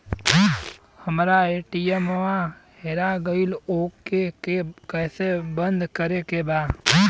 हमरा ए.टी.एम वा हेरा गइल ओ के के कैसे बंद करे के बा?